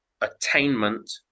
attainment